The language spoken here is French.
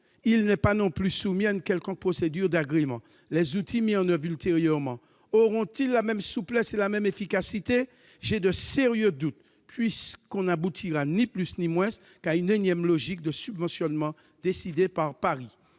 Il n'est pas non plus soumis à une quelconque procédure d'agrément. Les outils mis en oeuvre ultérieurement auront-ils la même souplesse et la même efficacité ? Je crains que l'on n'aboutisse, ni plus ni moins, à une énième logique de subventionnement décidée par Paris.